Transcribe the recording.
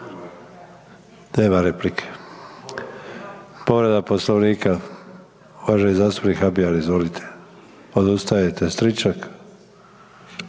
Nema replike. Povreda Poslovnika uvaženi zastupnik Habijan. Izvolite. Odustajte. Stričak?